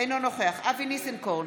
אינו נוכח אבי ניסנקורן,